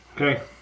Okay